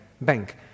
Bank